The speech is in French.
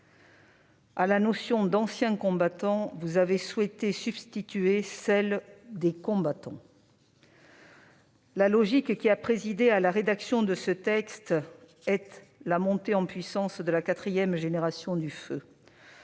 À la notion d'« anciens combattants », vous avez souhaité substituer celle de « combattants ». La logique qui a présidé à la rédaction de ce texte est la montée en puissance de la quatrième génération du feu.